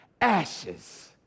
ashes